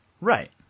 Right